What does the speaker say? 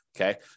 okay